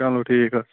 چلو ٹھیٖک حظ چھُ